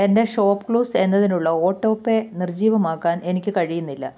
എൻ്റെ ഷോപ്പ്ക്ലൂസ് എന്നതിനുള്ള ഓട്ടോപേ നിർജ്ജീവമാക്കാൻ എനിക്ക് കഴിയുന്നില്ല